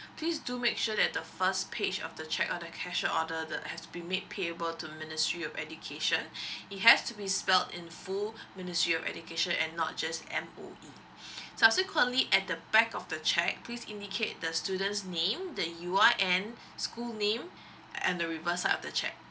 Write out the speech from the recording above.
please do make sure that the first page of the cheque or the cashier order the has been made payable to ministry of education it has to be spelled in full ministry of education and not just M_O_E subsequently at the back of the cheque please indicate the student's name that you are and school name at the reverse side of the cheque